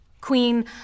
Queen